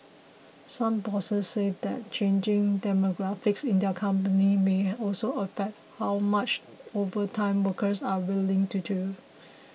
some bosses said that changing demographics in their companies may also affect how much overtime workers are willing to do